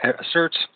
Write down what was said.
asserts